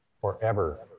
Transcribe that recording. forever